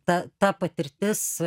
ta ta patirtis